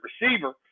receiver